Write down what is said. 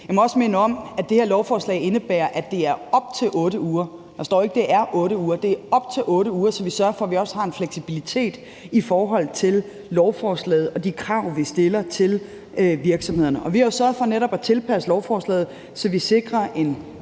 Jeg vil også minde om, at det her lovforslag indebærer, at der skal være til op til 8 uger. Der står ikke, at der skal være til 8 uger, men at det skal være til op til 8 uger, der sikrer, at vi har en fleksibilitet i forhold til lovforslaget og de krav, vi stiller til virksomhederne. Vi har jo sørget for netop at tilpasse lovforslaget, så vi sikrer en